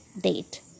date